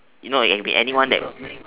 you know it can be anyone that